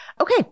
Okay